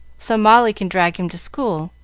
so molly can drag him to school,